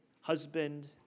husband